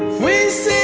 with